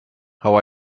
how